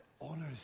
honors